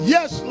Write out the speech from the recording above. Yes